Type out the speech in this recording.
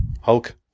Hulk